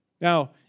Now